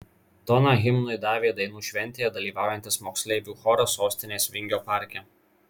toną himnui davė dainų šventėje dalyvaujantis moksleivių choras sostinės vingio parke